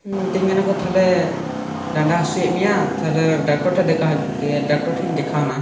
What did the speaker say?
ᱢᱤᱛᱟᱹᱧ ᱠᱚ ᱛᱟᱦᱞᱮ ᱰᱟᱸᱰᱟ ᱦᱟᱥᱩᱭᱮᱫ ᱢᱮᱭᱟ ᱛᱟᱦᱞᱮ ᱰᱟᱠᱛᱚᱨ ᱴᱷᱮᱱ ᱫᱮᱠᱷᱟᱣ ᱦᱤᱡᱩᱜ ᱢᱮ ᱫᱤᱭᱮ ᱰᱟᱠᱛᱚᱨ ᱴᱷᱮᱡ ᱤᱧ ᱫᱮᱠᱷᱟᱣ ᱮᱱᱟ